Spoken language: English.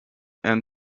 and